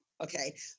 okay